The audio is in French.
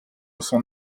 son